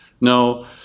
no